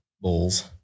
bulls